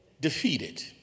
defeated